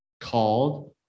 called